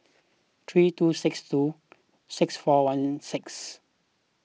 three two six two six four one six